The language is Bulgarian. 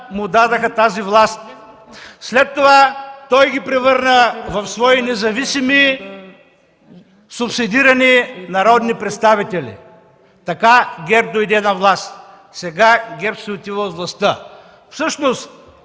му дадоха тази власт. След това той ги превърна в свои независими субсидирани народни представители. Така ГЕРБ дойде на власт. Сега ГЕРБ си отива от властта.